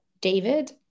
David